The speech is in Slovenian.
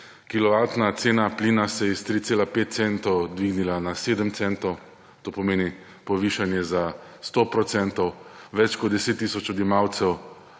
Kilovatna cena plina se je iz 3,5 centov dvignila na 7 centov. To pomeni povišanje za 100 %. Več kot 10 tisoč odjemalcev